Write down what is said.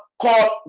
called